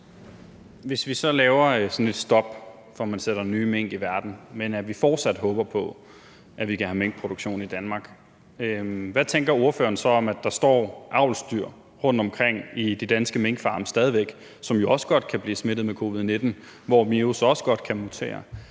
Hvis vi så laver sådan et stop for, at man sætter nye mink i verden, men at vi fortsat håber på, at vi kan have minkproduktion i Danmark, hvad tænker ordføreren så om, at der stadig væk står avlsdyr rundtomkring i de danske minkfarme, som jo også godt kan blive smittet med covid-19, og hvor virus også kan mutere?